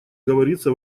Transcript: говорится